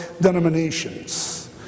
denominations